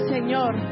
Señor